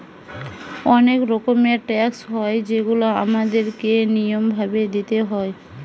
অনেক রকমের ট্যাক্স হয় যেগুলা আমাদের কে নিয়ম ভাবে দিইতে হয়